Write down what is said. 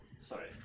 sorry